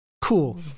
Cool